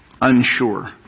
unsure